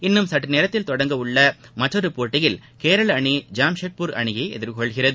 இன்னும் சற்றுநேரத்தில் தொடங்க உள்ள மற்றொரு போட்டியில் கேரள அனி ஜாம்ஷெட்பூர் அனியை எதிர்கொள்கிறது